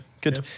Good